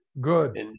Good